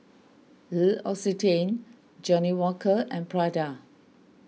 L'Occitane Johnnie Walker and Prada